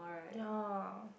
ya